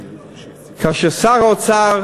כאשר שר האוצר